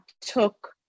took